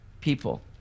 people